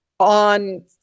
On